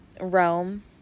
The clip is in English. realm